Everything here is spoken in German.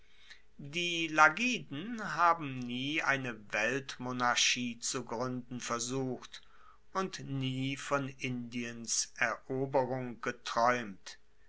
die lagiden haben nie eine weltmonarchie zu gruenden versucht und nie von indiens eroberung getraeumt